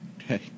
Okay